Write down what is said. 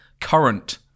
current